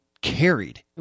carried